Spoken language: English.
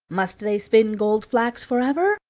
must they spin gold flax for ever?